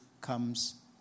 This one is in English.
comes